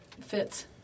fits